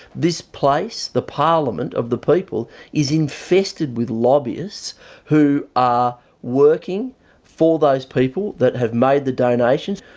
this place, the parliament of the people is infested with lobbyists who are working for those people that have made the donations,